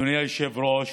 אדוני היושב-ראש,